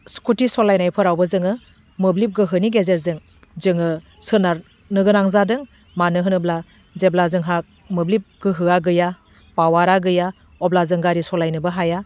scooty सलायनायफोरावबो जोङो मोब्लिब गोहोनि गेजेरजों जोङो सोनारनो गोनां जादों मानो होनोब्ला जेब्ला जोंहा मोब्लिब गोहोआ गैया पावारा गैया अब्ला जों गारि सालायनोबो हाया